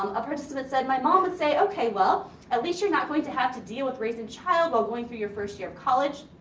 um a participant said my mom would say, okay well at least you're not going to have to deal with raising a child while going through your first year of college.